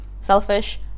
selfish